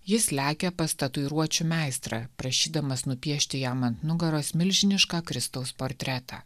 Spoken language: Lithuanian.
jis lekia pas tatuiruočių meistrą prašydamas nupiešti jam ant nugaros milžinišką kristaus portretą